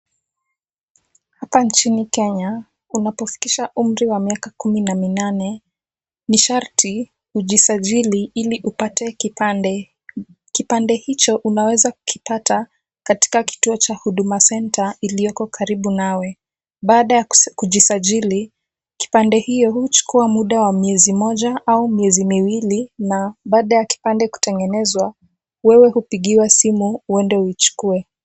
Hapa nchini Kenya, unapofikisha umri wa miaka kumi na minane, nisharti ujisajili ili upate kipande. Kipande hicho unaweza kukipata katika kituo cha Huduma Center iliyoko karibu nawe. Baada ya kujisajili, kipande hiyo huchukua muda wa miezi moja au miezi miwili, na baada ya kipande kutengenezwa, wewe hupigiwa simu uende uchukue.